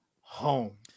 Home